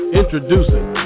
introducing